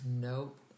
Nope